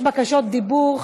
יש בקשות דיבור.